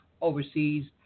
overseas